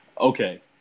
Okay